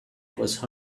was